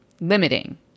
limiting